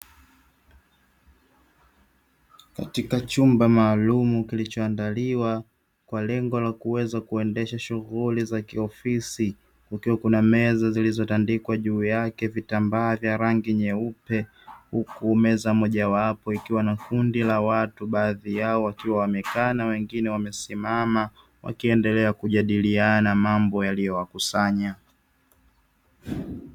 Katika chumba maalum kilichoandaliwa kwa lengo la kuweza kuendesha shughuli za kiofisi kukiwa kuna meza zilizotandikwa juu yake vitambaa vya rangi nyeupe, huku meza moja wapo ikiwa na kundi la watu baadhi yao wakiwa wamekaa na wengine wamesimama wakiendelea kujadiliana mambo yaliyowakusanya.